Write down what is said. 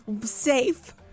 safe